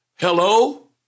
Hello